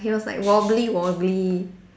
he was like wobbly wobbly